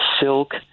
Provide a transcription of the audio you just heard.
silk